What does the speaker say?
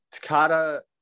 Takata